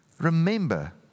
Remember